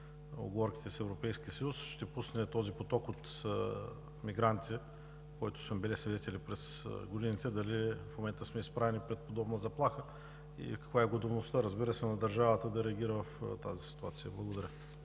уговорките си с Европейски съюз, ще пусне този поток от мигранти, на който сме били свидетели през годините. Дали в момента сме изправени пред подобна заплаха и каква е готовността, разбира се, на държавата да реагира в тази ситуация? Благодаря.